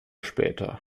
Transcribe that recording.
später